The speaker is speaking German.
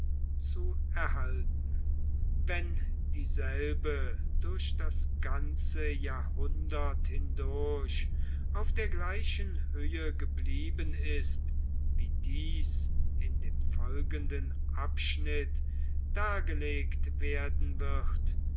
zu erhalten wenn dieselbe durch das ganze jahrhundert hindurch auf der gleichen höhe geblieben ist wie dies in dem folgenden abschnitt dargelegt werden wird